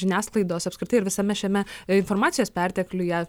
žiniasklaidos apskritai ir visame šiame informacijos pertekliuje